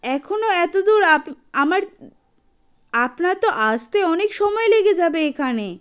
এখনো এত দূর আপ আমার আপনার তো আসতে অনেক সময় লেগে যাবে এখানে